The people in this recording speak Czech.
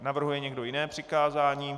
Navrhuje někdo jiné přikázání?